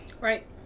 Right